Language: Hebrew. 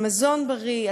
על מזון בריא,